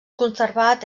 conservat